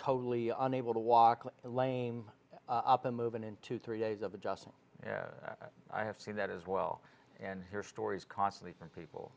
totally unable to walk and lame up and moving into three days of adjusting and i have seen that as well and hear stories constantly from people